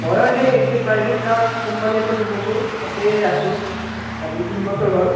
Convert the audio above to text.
মই সেই একে প্ৰাইভেট কোম্পানী এটাত সোমাইছোঁ তাতেই আছোঁ আজি তিন বছৰ হ'ল